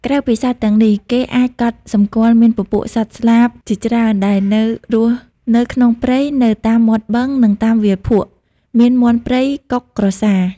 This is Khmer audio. ក្រៅពីសត្វទាំងនេះ គេះអាចកត់សម្គាល់មានពពួកសត្វស្លាបជាច្រើន ដែលនៅរស់នៅក្នុងព្រៃនៅតាមមាត់បឹង នឹងតាមវាលភក់ មានមាន់ព្រៃ កុក ក្រសារ។